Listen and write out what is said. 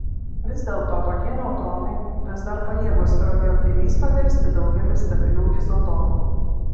vis dėlto tokie neutronai vis dar pajėgūs radioaktyviais paversti daugelį stabilių izotopų